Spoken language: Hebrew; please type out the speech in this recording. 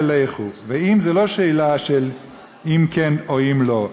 תלכו" ו"אם" זו לא שאלה של אם כן או אם לא,